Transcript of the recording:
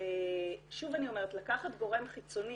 שוב אני אומרת לקחת גורם חיצוני